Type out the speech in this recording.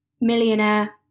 millionaire